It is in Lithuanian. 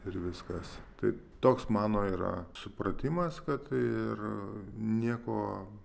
ir viskas taip toks mano yra supratimas kad tai ir nieko